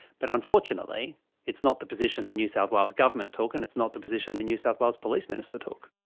but unfortunately it's not the position the new south wales government took and it's not the position the new south wales police minister took.